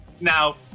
Now